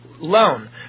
loan